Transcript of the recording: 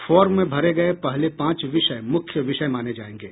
farm में भरे गये पहले पांच विषय मूख्य विषय माने जायेंगे